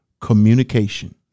communication